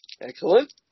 Excellent